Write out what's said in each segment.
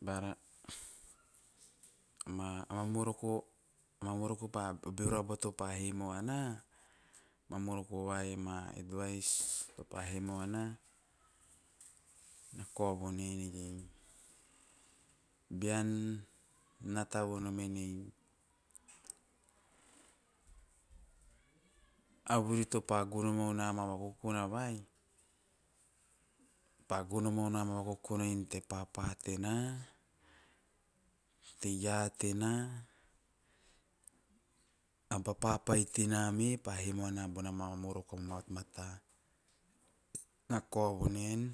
Bara ama moroko, ama moroko am bero aba topa he mau ana, ama moroko vai ama advise na kao vo neinei nean nata vonom enei a vuri topa gono mau na ama vakokona vai, pa golno mau na en ta papa tena, te raa tena, a ba papai tena me pa he mau ana bona ma moroko ama matmata, na kao vonenei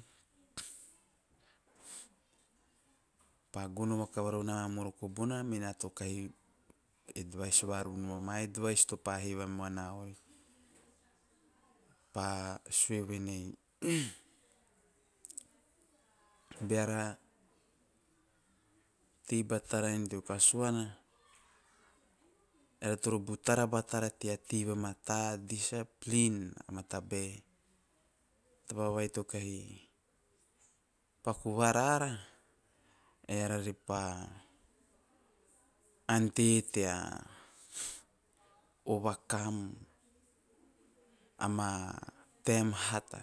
pa gono vaevuru na ma moroko bona me na to kahi, ma advise noma ana, pa sue venei beara tei batara en teo tei vamata, diseipline ama taba vai to kahi paku va rara eara re pa ante tea overcome ama taem hata.